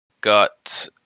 got